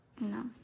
No